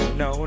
no